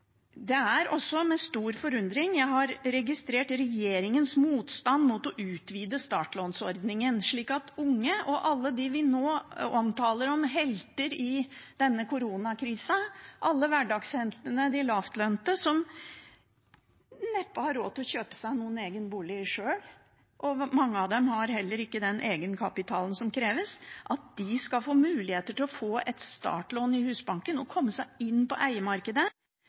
Det er også med stor forundring jeg har registrert regjeringens motstand mot å utvide startlånsordningen, slik at både unge og alle dem vi nå omtaler som helter i denne koronakrisen, alle hverdagsheltene, de lavtlønte som neppe har råd til å kjøpe seg en egen bolig – mange av dem har heller ikke den egenkapitalen som kreves – skal få mulighet til å få et startlån i Husbanken og komme seg inn på